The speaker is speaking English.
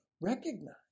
Recognize